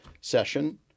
session